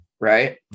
right